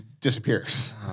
disappears